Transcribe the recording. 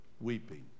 weeping